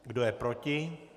Kdo je proti?